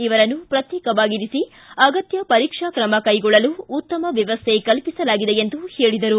ಇವರನ್ನು ಪ್ರತ್ಯೇಕವಾಗಿರಿಸಿ ಅಗತ್ಯ ಪರೀಕ್ಷಾ ತ್ರಮ ಕೈಗೊಳ್ಳಲು ಉತ್ತಮ ವ್ಯವಸ್ಥೆ ಕಲ್ಪಿಸಲಾಗಿದೆ ಎಂದು ತಿಳಿಸಿದರು